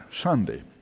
Sunday